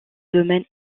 domaine